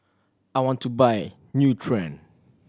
I want to buy Nutren